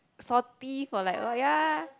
forty for like oh ya